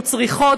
וצריכות,